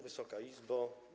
Wysoka Izbo!